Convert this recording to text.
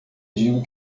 digo